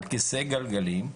על כיסא גלגלים,